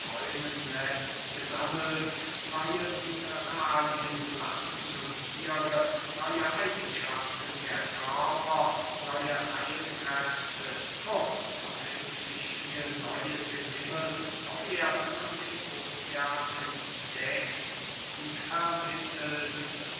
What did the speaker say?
läßt gesammelt neue mineralien pflanzen und thiere neue eigenschaften der körper neue heilkräfte kurz unendlich viel neues im himmel auf erden und im ocean entdeckt und vermittelst